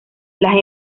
las